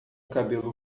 cabelo